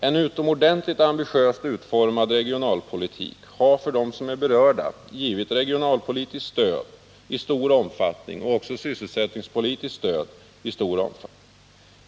En utomordentligt ambitöst utformad regionalpolitik har för dem som är berörda givit regionalpolitiskt och sysselsättningspolitiskt stöd i olika former.